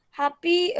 happy